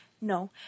no